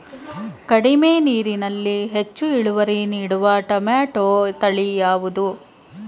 ಕಡಿಮೆ ನೀರಿನಲ್ಲಿ ಹೆಚ್ಚು ಇಳುವರಿ ನೀಡುವ ಟೊಮ್ಯಾಟೋ ತಳಿ ಯಾವುದು?